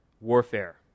warfare